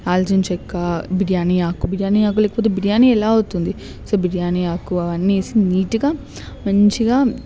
దాల్చిన చెక్క బిర్యానీ ఆకు బిర్యానీ ఆకు లేకపోతే బిర్యానీ ఎలా అవుతుంది సో బిర్యానీ ఆకు అవన్నీ వేసి నీట్గా మంచిగా